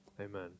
Amen